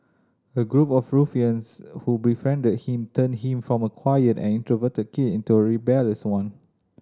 a group of ruffians who befriended him turned him from a quiet and introverted kid into a rebellious one